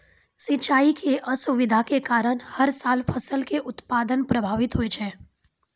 सिंचाई के असुविधा के कारण हर साल फसल के उत्पादन प्रभावित होय छै